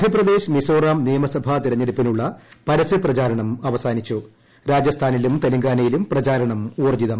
മധ്യപ്രദേശ് മിസോറാം നിയമസഭാ തെരഞ്ഞെടുപ്പിനുള്ള പരസൃ പ്രചാരണം അവസാനിച്ചു രാജസ്ഥാനിലും തെലങ്കാനയിലും പ്രചാരണം ഊർജ്ജിതം